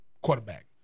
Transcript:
quarterback